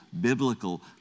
biblical